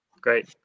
great